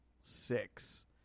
six